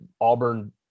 Auburn